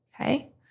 okay